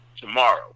tomorrow